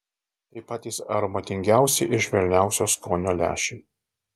tai patys aromatingiausi ir švelniausio skonio lęšiai